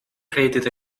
created